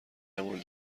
مورد